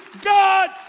God